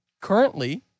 currently